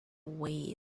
wheel